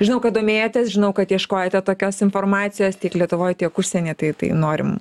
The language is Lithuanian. žinau kad domėjotės žinau kad ieškojote tokios informacijos tiek lietuvoj tiek užsieny tai tai norim